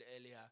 earlier